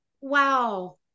wow